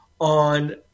on